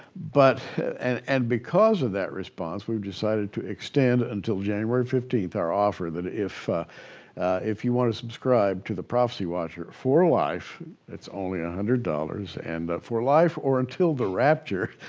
but and and because of that response we've decided to extend until january fifteenth our offer, that if ah if you want to subscribe to the prophecy watcher for life it's only one ah hundred dollars, and for life or until the rapture,